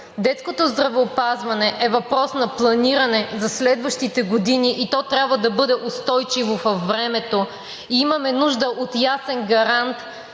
Детското здравеопазване е въпрос на планиране за следващите години и то трябва да бъде устойчиво във времето. Имаме нужда от ясен гарант,